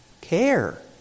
care